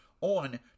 on